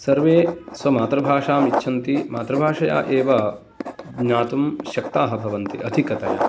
सर्वे स्वमातृभाषामिच्छन्ति मातृभाषया एव ज्ञातुं शक्ताः भवन्ति अधिकतया